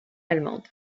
allemande